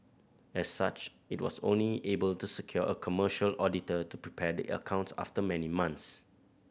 as such it was only able to secure a commercial auditor to prepare the accounts after many months